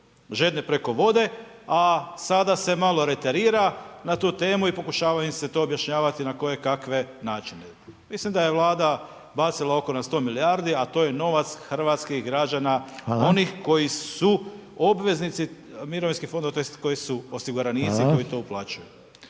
žedne preko vode, a sada se malo …/Govornik se ne razumije./… na tu temu i pokušava im se to objašnjavati na koje kakve načine. Mislim da je Vlada bacila oko na 100 milijardi a to je novac hrvatskih građana, onih koji su obveznici mirovinskih fondova, tj. koji su osiguranici, koji to uplaćuju.